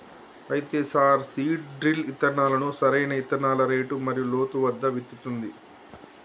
అయితే sir seed drill ఇత్తనాలను సరైన ఇత్తనాల రేటు మరియు లోతు వద్ద విత్తుతుంది